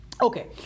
Okay